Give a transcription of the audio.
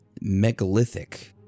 megalithic